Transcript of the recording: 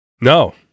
No